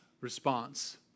response